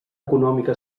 econòmica